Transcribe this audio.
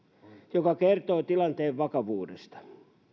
mikä kertoo tilanteen vakavuudesta